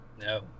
No